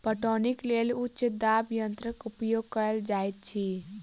पटौनीक लेल उच्च दाब यंत्रक उपयोग कयल जाइत अछि